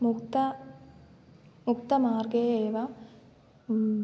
मुक्त मुक्तमार्गे एव